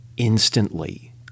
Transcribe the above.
Instantly